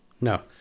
No